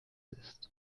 ist